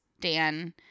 Dan